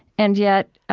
and yet,